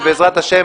שבעזרת השם,